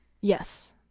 Yes